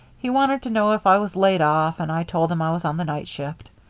he wanted to know if i was laid off, and i told him i was on the night shift.